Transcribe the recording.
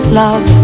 love